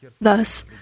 Thus